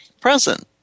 present